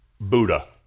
Buddha